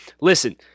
Listen